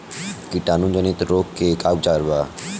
कीटाणु जनित रोग के का उपचार बा?